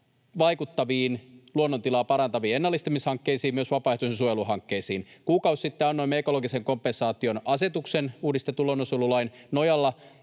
vaikuttaviin, luonnon tilaa parantaviin ennallistamishankkeisiin, myös vapaaehtoisiin suojeluhankkeisiin. Kuukausi sitten annoimme ekologisen kompensaation asetuksen uudistetun luonnonsuojelulain nojalla,